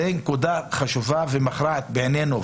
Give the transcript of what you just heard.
זו נקודה חשובה ומכרעת בעינינו,